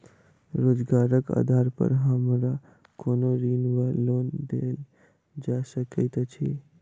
रोजगारक आधार पर हमरा कोनो ऋण वा लोन देल जा सकैत अछि?